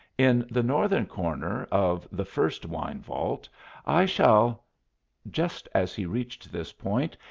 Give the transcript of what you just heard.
in the northern corner of the first wine vault i shall just as he reached this point,